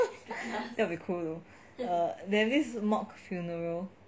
that would be cool though there this mock funeral